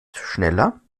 schneller